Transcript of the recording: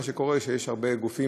מה שקורה זה שיש הרבה גופים,